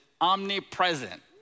omnipresent